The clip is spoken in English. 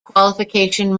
qualification